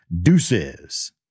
Deuces